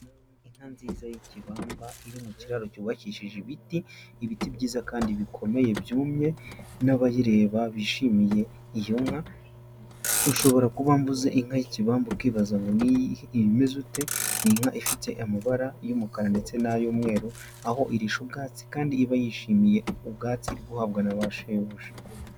Inka nziza y'ikibamba, iri mu kiraro cyubakishije ibiti, ibiti byiza kandi bikomeye byumye, n'abayireba bishimiye iyo nka, ushobora kuba mvuze inka y'ikibamba ukibaza ngo ni iyihe, iba imeze ute? Ni inka ifite amabara y'umukara ndetse n'ay'umweru, aho irisha ubwatsi kandi iba yishimiye ubwatsi iri guhabwa na basebuja.